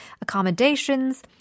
accommodations